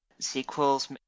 sequels